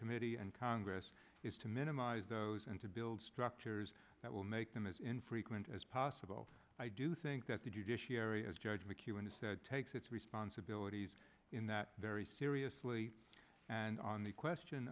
committee and congress is to minimize those and to build structures that will make them as infrequent as possible i do think that the judiciary as judge mckeown he said takes its responsibilities in that very seriously and on the question